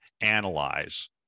analyze